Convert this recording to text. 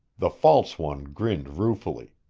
the false one grinned ruefully.